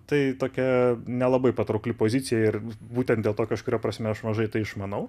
tai tokia nelabai patraukli pozicija ir būtent dėl to kažkuria prasme aš mažai teišmanau